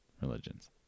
religions